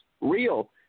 real